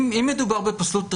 אם מדובר בפסלות ראיה,